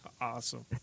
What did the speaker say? Awesome